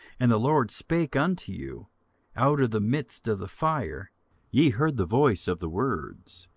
and the lord spake unto you out of the midst of the fire ye heard the voice of the words,